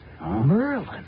Merlin